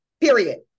Period